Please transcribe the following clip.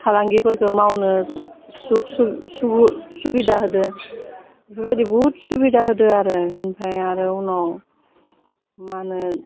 फालांगिफोरखौ मावनो सुख सु सुबु सुबिदा होदो बेफोरबायदि बुहुत सुबिदा होदो आरो ओमफ्राय आरो उनाव मा होनो